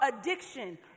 addiction